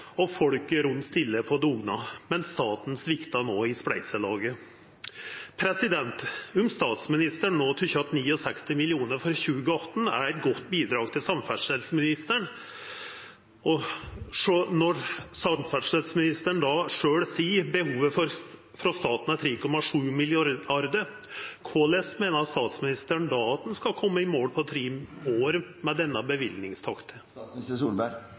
og folket rundt stiller på dugnad, men staten sviktar no i spleiselaget. Om statsministeren tykkjer at 69 mill. kr for 2018 er eit godt bidrag til samferdselsministeren, og når samferdselsministeren sjølv seier at behovet frå staten er 3,7 mrd. kr, korleis meiner statsministeren at ein då skal koma i mål på tre år med denne